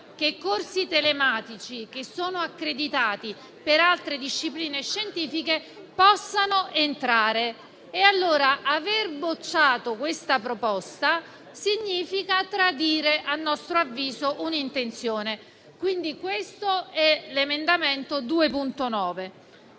che corsi telematici accreditati per altre discipline scientifiche possano entrare. Allora, aver bocciato questa proposta significa tradire - a nostro avviso - un'intenzione. Passo all'emendamento 2.101,